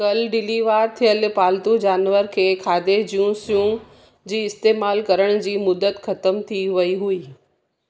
कल्ह डिलीवार थियलु पालतू जानवर जे खाधे जूं शयूं जी इस्तमालु करण जी मुदत ख़तम थी वई हुई